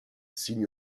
signe